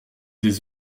des